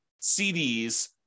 CDs